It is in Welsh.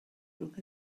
rhwng